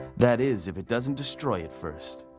that is if it doesn't destroy it first.